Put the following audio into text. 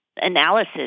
analysis